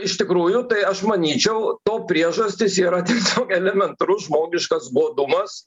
iš tikrųjų tai aš manyčiau to priežastys yra tiesiog elementarus žmogiškas godumas